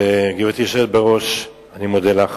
גברתי היושבת בראש, אני מודה לך.